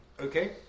Okay